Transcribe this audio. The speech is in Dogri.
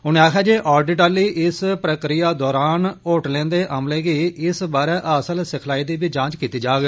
उनें आखेआ जे ऑडिट आहली इस प्रक्रिया दौरान होटलें दे अमले गी इस बारै हासल सिखलाई दी बी जांच कीती जाग